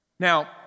Now